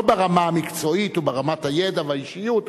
לא ברמה המקצועית או ברמת הידע והאישיות,